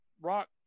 rock